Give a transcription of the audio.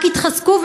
רק התחזקו,